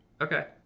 Okay